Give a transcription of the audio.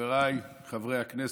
חבריי חברי הכנסת,